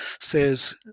says